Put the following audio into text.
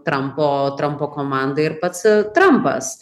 trampo trampo komandą ir pats trampas